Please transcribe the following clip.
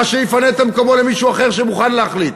שיפנה את מקומו למישהו אחר שמוכן להחליט.